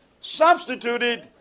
substituted